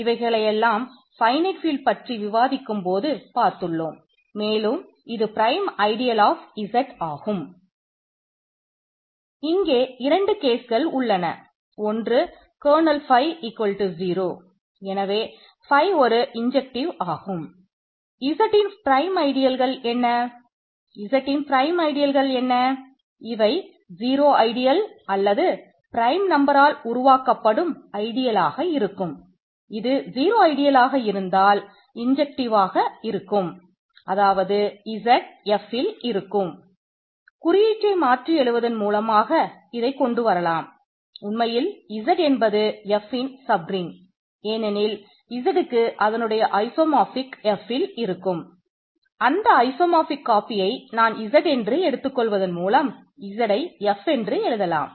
இங்கே 2 கேஸ்கள் நான் Z என்று எடுத்துக் கொள்வதன் மூலம் Z யை F என்று எழுதலாம்